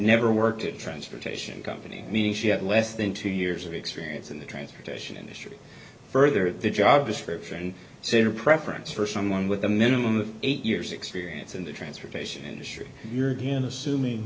never worked a transportation company meaning she had less than two years of experience in the transportation industry further the job description so your preference for someone with a minimum of eight years experience in the transportation industry you're